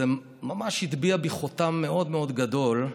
זה ממש הטביע בי חותם מאוד מאוד גדול.